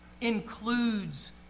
includes